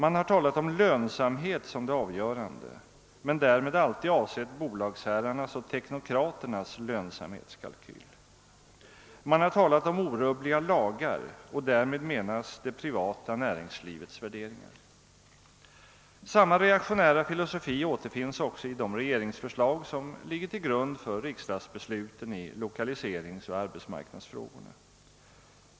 Man har talat om »lönsamhet« som det avgörande, men därmed alltid avsett bolagsherrarnas och teknokraternas lönsamhetskalkyl. Man har talat om »orubbliga lagar« och därmed menat det privata näringslivets värderingar. Samma reaktionära filosofi återfinns också i det regeringsförslag som ligger till grund för riksdagsbeslutet i lokaliseringsoch arbetsmarknadsfrågorna.